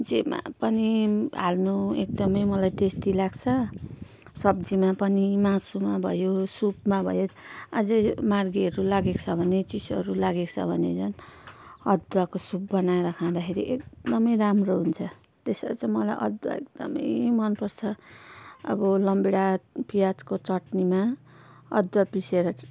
जेमा पनि हाल्नु एकदमै मलाई टेस्टी लाग्छ सब्जीमा पनि मासुमा भयो सुपमा भयो अझै मार्कीहरू लागेको छ भने चिसोहरू लागेको छ भने झन् अदुवाको सुप बनाएर खाँदाखेरि एकदमै राम्रो हुन्छ त्यसरी चाहिँ मलाई अदुवा एकदमै मन पर्छ अब रामभेँडा प्याजको चट्नीमा अदुवा पिसेर च